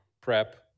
prep